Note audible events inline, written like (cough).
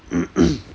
(coughs)